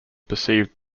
perceived